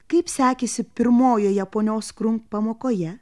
kaip sekėsi pirmojoje ponios krunk pamokoje